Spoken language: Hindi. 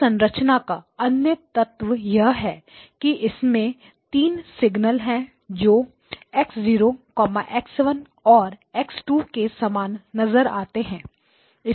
इस संरचना का अन्य तत्व यह है कि इसमें तीन सिग्नल्स है जो x0 x1 और x2 के समान नजर आते हैं